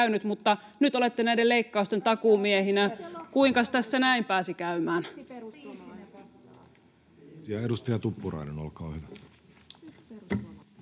mutta nyt olette näiden leikkausten takuumiehinä. Kuinkas tässä näin pääsi käymään? [Aino-Kaisa